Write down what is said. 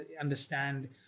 understand